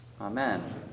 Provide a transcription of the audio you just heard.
amen